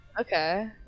Okay